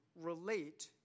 relate